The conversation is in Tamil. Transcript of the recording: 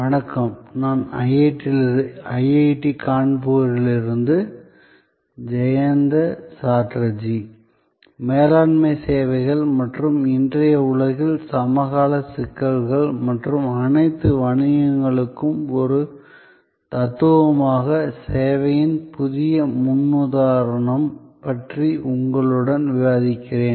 வணக்கம் நான் ஐஐடி கான்பூரிலிருந்து ஜெயந்த சாட்டர்ஜி மேலாண்மை சேவைகள் மற்றும் இன்றைய உலகில் சமகால சிக்கல்கள் மற்றும் அனைத்து வணிகங்களுக்கும் ஒரு தத்துவமாக சேவையின் புதிய முன்னுதாரணம் பற்றி உங்களுடன் விவாதிக்கிறேன்